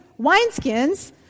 wineskins